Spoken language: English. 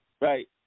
right